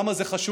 למה זה חשוב,